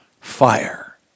Fire